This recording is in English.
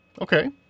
Okay